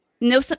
no